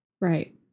Right